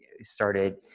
started